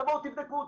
תבואו תבדקו אותי,